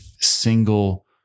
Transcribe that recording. single